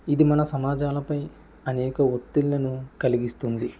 ఇది మన సమాజాలపై అనేక ఒత్తిళ్లను కలిగిస్తుంది